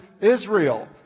Israel